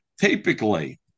Typically